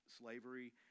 slavery